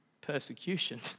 persecution